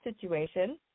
situation